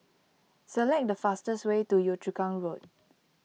select the fastest way to Yio Chu Kang Road